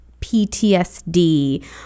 PTSD